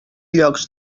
llocs